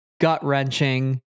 gut-wrenching